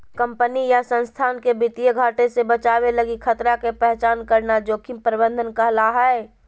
company या संस्थान के वित्तीय घाटे से बचावे लगी खतरा के पहचान करना जोखिम प्रबंधन कहला हय